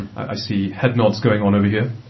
and i see head nods going on over here.